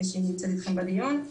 תודה רחל.